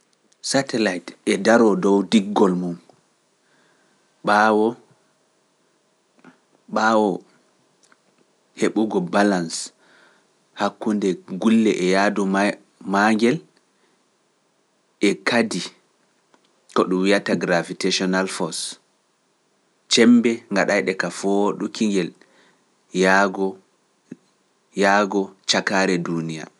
Satellite e daroo dow diggol mum, ɓaawo heɓugo balans hakkunde gulle e yaadu maa njel e kadi ko ɗum wiyata gravitational force, cembe ngaɗay ɗe ka fooɗuki ngel yaago cakaare duuniya.